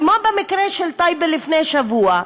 כמו במקרה של טייבה לפני שבוע,